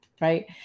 Right